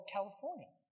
California